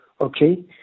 okay